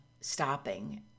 stopping